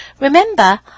Remember